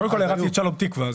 קודם כל הערצתי את שלום תקווה.